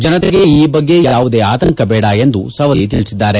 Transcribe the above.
ಜನತೆಗೆ ಈ ಬಗ್ಗೆ ಯಾವುದೇ ಆತಂಕ ಬೇಡ ಎಂದು ಸವದಿ ತಿಳಿಸಿದ್ದಾರೆ